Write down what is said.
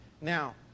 Now